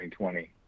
2020